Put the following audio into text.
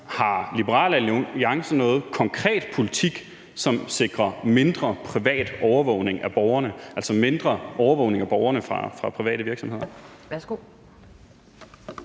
Har Liberal Alliance noget konkret politik, som sikrer mindre privat overvågning af borgerne, altså mindre overvågning af borgerne fra private virksomheder?